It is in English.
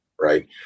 right